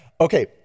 Okay